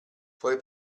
puoi